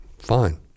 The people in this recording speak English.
fine